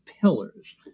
pillars